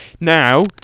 Now